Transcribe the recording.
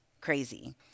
crazy